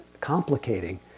complicating